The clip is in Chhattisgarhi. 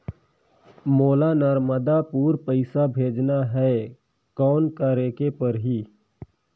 मोला नर्मदापुर पइसा भेजना हैं, कौन करेके परही?